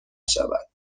شود